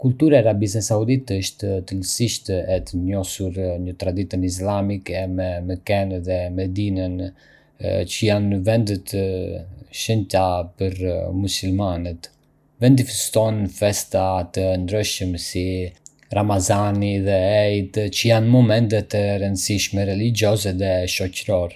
Kultura e Arabisë Saudite është thellësisht e rrënjosur në traditën islamike, me Mekenë dhe Medinen që janë vende të shenjta për myslimanët. Vendi feston festa të ndryshme, si Ramazani dhe Eid, që janë momente të rëndësishme religjioze dhe shoqërore.